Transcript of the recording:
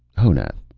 honath,